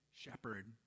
shepherd